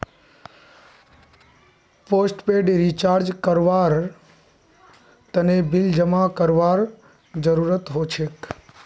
postpaid recharge करवार तने bill जमा करवार जरूरत हछेक